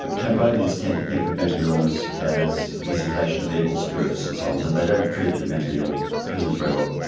but cambodians tend to think of mental illness as a visitation of evil spirits and so on, so they don't treat the mentally ill prisoners very well.